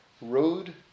road